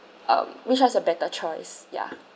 um which one's a better choice ya